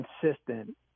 consistent